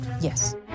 Yes